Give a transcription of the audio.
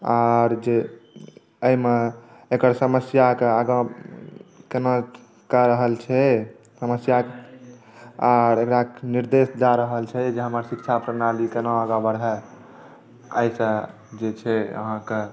आर जे एहिमे एकर समस्याक आगाँ केना कए रहल छै समस्याक आर एकरा निर्देश दए रहल छै जे हमर शिक्षा प्रणाली केना आगाँ बढ़य एहिसँ जे छै अहाँकेँ